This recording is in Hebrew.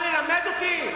בא ללמד אותי?